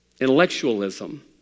intellectualism